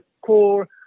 core